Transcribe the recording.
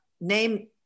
name